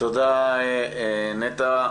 תודה, נטע.